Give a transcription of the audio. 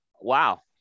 Wow